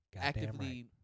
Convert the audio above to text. actively